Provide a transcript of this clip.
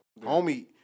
homie